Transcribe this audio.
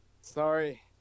sorry